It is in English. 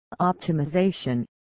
Optimization